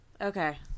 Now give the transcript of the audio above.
Okay